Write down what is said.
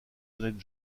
honnêtes